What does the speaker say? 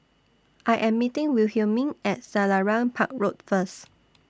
I Am meeting Wilhelmine At Selarang Park Road First